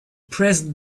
present